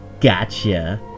gotcha